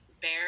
bear